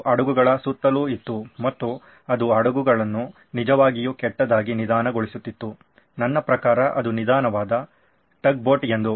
ಇದು ಹಡಗುಗಳ ಸುತ್ತಲೂ ಇತ್ತು ಮತ್ತು ಅದು ಹಡಗನ್ನು ನಿಜವಾಗಿಯೂ ಕೆಟ್ಟದಾಗಿ ನಿಧಾನಗೊಳಿಸುತ್ತಿತ್ತು ನನ್ನ ಪ್ರಕಾರ ಅದು ನಿಧಾನವಾದ ಟಗ್ ಬೋಟ್ ಎಂದು